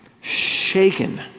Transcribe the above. shaken